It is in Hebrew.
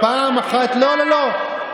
לא פחות יהדות ממך,